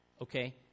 Okay